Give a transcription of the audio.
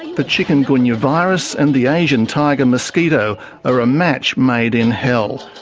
the chikungunya virus and the asian tiger mosquito are a match made in hell,